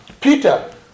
Peter